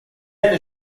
anni